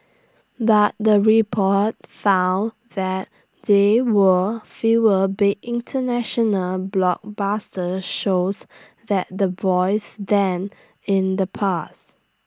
but the report found that there were fewer big International blockbuster shows like The Voice than in the past